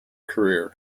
career